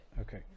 okay